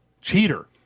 Cheater